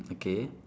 okay